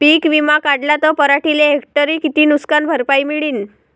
पीक विमा काढला त पराटीले हेक्टरी किती नुकसान भरपाई मिळीनं?